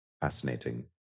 fascinating